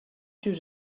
just